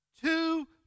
two